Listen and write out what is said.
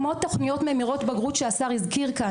כמו תוכניות ממירות בגרות שהשר הזכיר כאן.